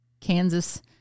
Kansas